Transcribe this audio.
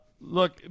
look